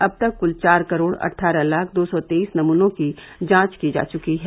अब तक क्ल चार करोड़ अट्ठारह लाख दो सौ तेईस नमूनों की जांच की जा चुकी है